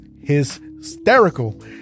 hysterical